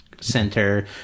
center